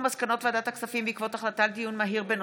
מסקנות ועדת הכספים בעקבות דיון מהיר בהצעתם של חברי הכנסת מאיר כהן,